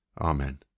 Amen